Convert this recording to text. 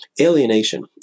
Alienation